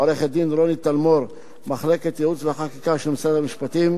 לעורכת-הדין רוני טלמור ממחלקת ייעוץ וחקיקה של משרד המשפטים,